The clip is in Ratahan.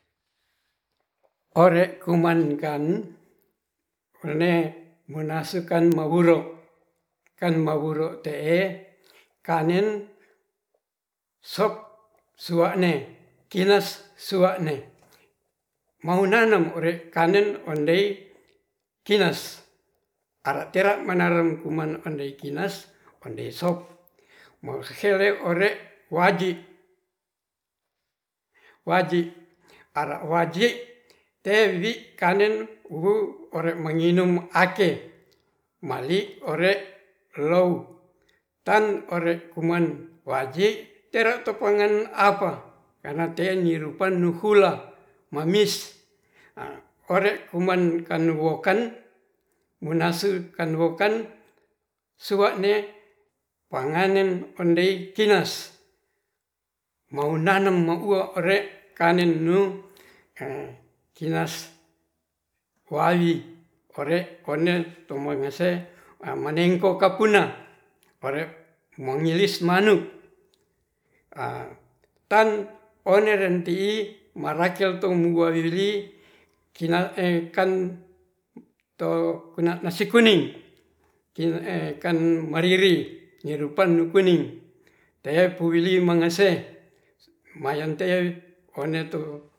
Ore komankan one munasekan mawuro kan mawuro te'e kanen sop sua'ne kinas sua'ne maunanam ore kanen ondey kinas are tera manarem kuman ondei kinas ondei sop mausesere oje waji, waji ara waji tewi kanen wuu ore manginum ake mali ore lou tan ore kuman waji tera topangan apa karna tenirupan nuhula mamis a' ore kuman kanwokan munase kanwokan suane panganen ondei kinas maunanam mouwo re kanen nu kinas wawi ore konen tumangase maningko ka puna ore momilis manu tan onerentii maraekel tuwawili kina kan to nasi kuning kan marieri rupan kuning tepuwili mangase mayongte one to